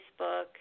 Facebook